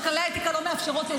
אבל כללי האתיקה לא מאפשרים לי,